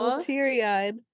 teary-eyed